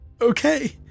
Okay